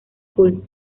school